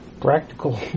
Practical